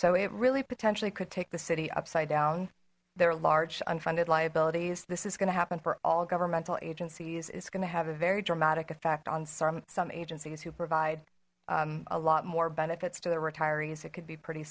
so it really potentially could take the city upside down their large unfunded liabilities this is going to happen for all governmental agencies it's going to have a very dramatic effect on some some agencies who provide a lot more benefits to their retirees it could be pretty